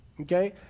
Okay